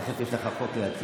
תכף יש לך חוק להציג,